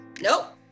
nope